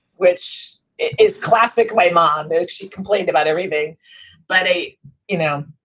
which is classic my mom, because she complained about everything but a you know,